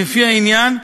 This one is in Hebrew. לפי העניין,